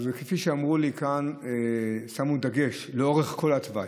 כפי שאמרו לי, כאן שמו דגש: לאורך כל התוואי,